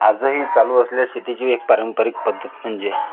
आज ही चालू असलेल्या शेतीची एक पारंपरिक पद्धत म्हणजे